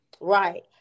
Right